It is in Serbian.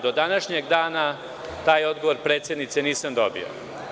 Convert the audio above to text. Do današnjeg dana taj odgovor, predsednice, nisam dobio.